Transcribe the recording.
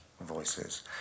voices